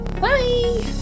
Bye